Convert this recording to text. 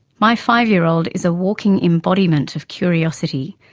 my five-year-old is a walking embodiment of curiosity.